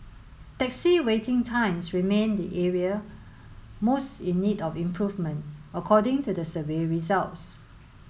taxi waiting times remained the area most in need of improvement according to the survey results